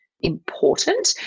important